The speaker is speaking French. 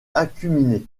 acuminées